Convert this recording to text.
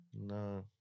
No